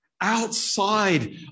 outside